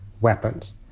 weapons